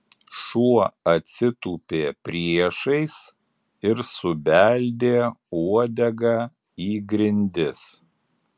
šuo atsitūpė priešais ir subeldė uodega į grindis